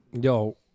yo